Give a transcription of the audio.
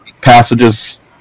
passages